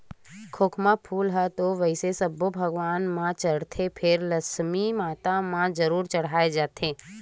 खोखमा फूल ल वइसे तो सब्बो भगवान म चड़हाथे फेर लक्छमी माता म जरूर चड़हाय जाथे